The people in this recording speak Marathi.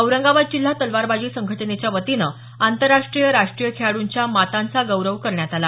औरंगाबाद जिल्हा तलवारबाजी संघटनेच्या वतीनं आंतरराष्ट्रीय राष्ट्रीय खेळाडूंच्या मातांचा गौरव करण्यात आला